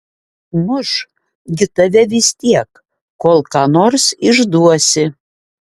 muš gi tave vis tiek kol ką nors išduosi